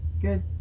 good